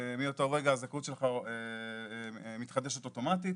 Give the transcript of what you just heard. מאותו רגע הזכאות שלך מתחדשת אוטומטית,